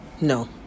No